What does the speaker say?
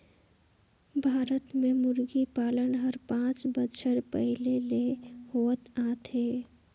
भारत में मुरगी पालन हर पांच बच्छर पहिले ले होवत आत हे